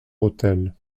hôtel